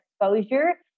exposure